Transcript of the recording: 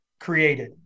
created